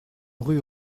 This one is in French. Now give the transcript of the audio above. rue